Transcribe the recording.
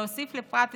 ולהוסיף לפרט 28,